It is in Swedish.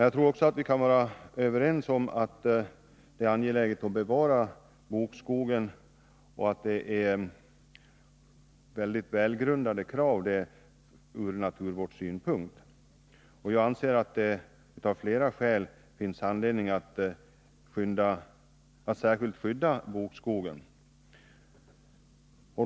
Jag tror också att vi kan vara överens om att det är angeläget att bevara bokskogen och att kraven på det är väldigt välgrundade ur naturvårdssynpunkt. Jag anser att det finns flera skäl för att särskilt skydda bokskogen.